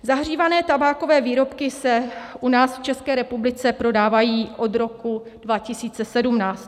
Zahřívané tabákové výrobky se u nás v České republice prodávají od roku 2017.